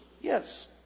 Yes